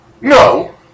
No